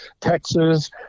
Texas